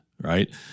right